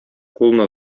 кулына